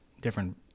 different